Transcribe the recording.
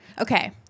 okay